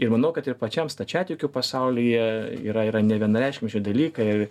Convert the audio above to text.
ir manau kad ir pačiam stačiatikių pasaulyje yra yra nevienareikšmiški dalykai